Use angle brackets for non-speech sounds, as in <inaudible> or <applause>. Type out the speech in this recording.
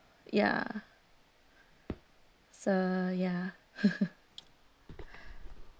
ya so ya <laughs>